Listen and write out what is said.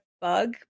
bug